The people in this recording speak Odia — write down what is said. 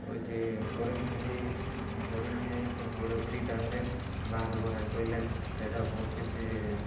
ଉଇଥ୍ ବୋରିଂ ହିଁ ବୋରିଂ ହେଇ କେଉଁ ଗୋଟେ ଫ୍ରି ଟାଇମ୍ରେ ବାହାରକୁ ବାହାରି ପଇଲେ ସେଇଟା ବହୁତ କିଛି